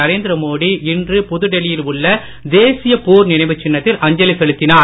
நரேந்திர மோடி இன்று புதுடெல்லியில் உள்ள தேசிய போர் நினைவுச் சின்னத்தில் அஞ்சலி செலுத்தினார்